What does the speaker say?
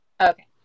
Okay